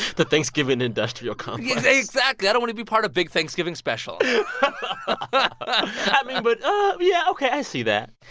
the thanksgiving industrial complex exactly. i don't want to be part of big thanksgiving special but i mean, but yeah, ok. i see that.